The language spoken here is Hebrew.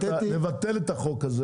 לבטל את החוק הזה,